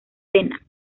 cena